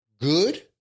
good